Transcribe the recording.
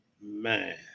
Man